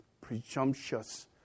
presumptuous